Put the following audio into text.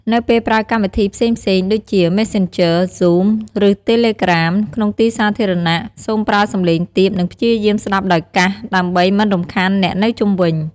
នៅពេលប្រើកម្មវិធីផ្សេងៗ ដូចជា មេសសេនជឺ (Messanger), ហ្សូម (Zoom) ឬ តេលេក្រាម (Telegram) ក្នុងទីសាធារណៈ សូមប្រើសំឡេងទាប និងព្យាយាមស្ដាប់ដោយកាសដើម្បីមិនរំខានអ្នកនៅជុំវិញ។